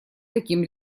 таким